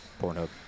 Pornhub